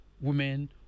women